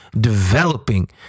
developing